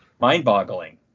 mind-boggling